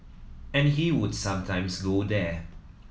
and he would sometimes go there